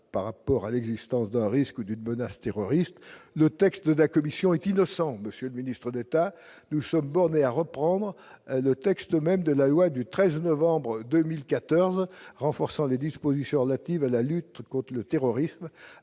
par rapport à l'existence d'un risque d'une menace terroriste, le texte de la commission est innocent, monsieur le ministre d'État, nous sommes bornés à reprendre le texte même de la loi du 13 novembre 2014 renforçant les dispositions relatives à la lutte contre le terrorisme,